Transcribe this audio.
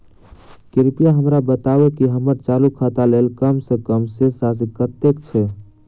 कृपया हमरा बताबू की हम्मर चालू खाता लेल कम सँ कम शेष राशि कतेक छै?